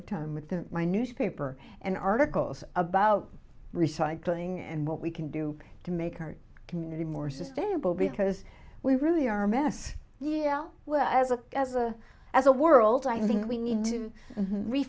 u time with the my newspaper and articles about recycling and what we can do to make our community more sustainable because we really are a mess yeah well as a as a as a world i think we need to